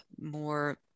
more